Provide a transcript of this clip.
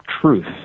truth